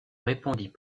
répondit